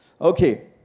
Okay